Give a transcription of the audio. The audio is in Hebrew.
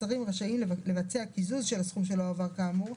השרים רשאים לבצע קיזוז של הסכום שלא הועבר כאמור,